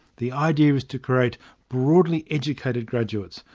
the idea is to create broadly educated graduates,